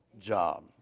job